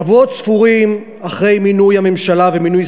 שבועות ספורים אחרי מינוי הממשלה ומינוי